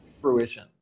fruition